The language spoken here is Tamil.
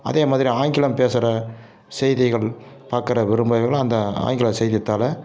அதே மாதிரி ஆங்கிலம் பேசுகிற செய்திகள் பார்க்கற விரும்புறவகள்லாம் அந்த ஆங்கில செய்தித்தாளை